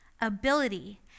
ability